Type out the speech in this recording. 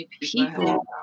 people